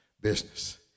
business